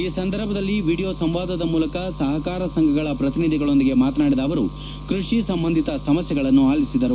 ಈ ಸಂದರ್ಭದಲ್ಲಿ ವಿಡಿಯೋ ಸಂವಾದದ ಮೂಲಕ ಸಹಕಾರ ಸಂಘಗಳ ಪ್ರತಿನಿಧಿಗಳೊಂದಿಗೆ ಮಾತನಾಡಿದ ಅವರು ಕೃಷಿ ಸಂಬಂಧಿತ ಸಮಸ್ಯೆಗಳನ್ನು ಆಲಿಸಿದರು